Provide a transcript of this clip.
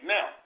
Now